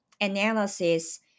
analysis